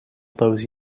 those